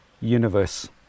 universe